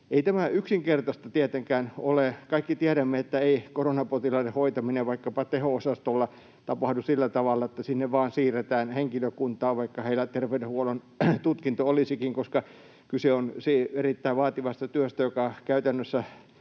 Ei tämä yksinkertaista tietenkään ole. Kaikki tiedämme, ettei koronapotilaiden hoitaminen vaikkapa teho-osastolla tapahdu sillä tavalla, että sinne vain siirretään henkilökuntaa, vaikka heillä terveydenhuollon tutkinto olisikin, koska kyse on erittäin vaativasta työstä, joka käytännössä